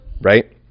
right